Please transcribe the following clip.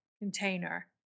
container